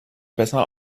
besser